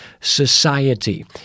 society